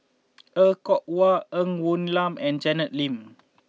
Er Kwong Wah Ng Woon Lam and Janet Lim